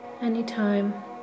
anytime